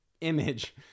image